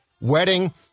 wedding